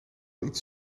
iets